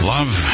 Love